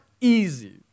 easy